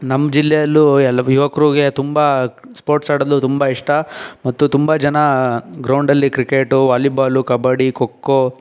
ನಮ್ಮ ಜಿಲ್ಲೆಯಲ್ಲೂ ಎಲ್ವ್ ಯುವಕರಿಗೆ ತುಂಬ ಸ್ಪೋರ್ಟ್ಸ್ ಆಡಲು ತುಂಬ ಇಷ್ಟ ಮತ್ತು ತುಂಬ ಜನ ಗ್ರೌಂಡಲ್ಲಿ ಕ್ರಿಕೆಟು ವಾಲಿಬಾಲು ಕಬಡ್ಡಿ ಖೊ ಖೊ